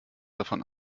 davon